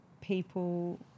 people